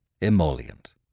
emollient